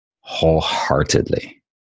wholeheartedly